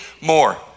more